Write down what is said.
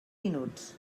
minuts